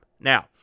Now